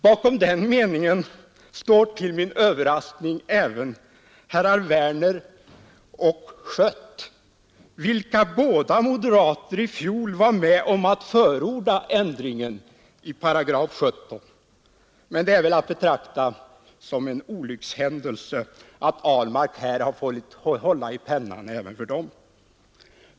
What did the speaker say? Bakom den meningen står till min överraskning även herrar Werner och Schött, vilka båda moderater i fjol var med om att förorda ändringen i 178. Men det är väl att betrakta som en olyckshändelse att Ahlmark fått hålla i pennan även för dem.